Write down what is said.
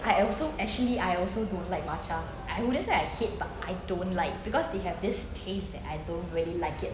I also actually I also don't like matcha I wouldn't say I hate but I don't like because they have this taste that I don't really like it